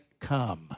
come